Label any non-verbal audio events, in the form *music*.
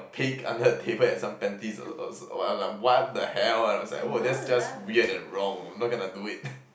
peek under the table at some panties or w~ or what lah what the hell and I was like whoa that's just weird and wrong I'm not gonna do it *noise*